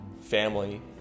family